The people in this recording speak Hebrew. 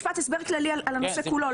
משפט הסבר כללי על הנושא כולו,